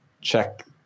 check